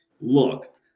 Look